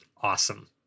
awesome